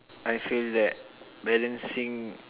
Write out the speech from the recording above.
I feel that balancing